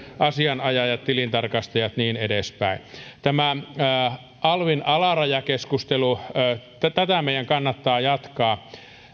asianajajat tilintarkastajat niin edespäin tätä alvin alarajakeskustelua meidän kannattaa jatkaa